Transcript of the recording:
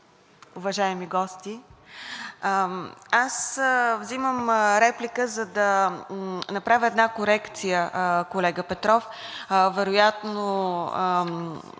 уважаеми гости! Аз взимам реплика, за да направя една корекция, колега Петров. Вероятно